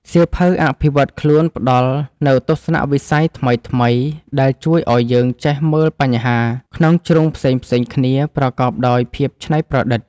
សៀវភៅអភិវឌ្ឍខ្លួនផ្ដល់នូវទស្សនវិស័យថ្មីៗ ដែលជួយឱ្យយើងចេះមើលបញ្ហាក្នុងជ្រុងផ្សេងៗគ្នាប្រកបដោយភាពច្នៃប្រឌិត។